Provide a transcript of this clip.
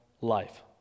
life